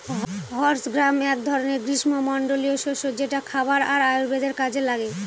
horse gram এক ধরনের গ্রীস্মমন্ডলীয় শস্য যেটা খাবার আর আয়ুর্বেদের কাজে লাগে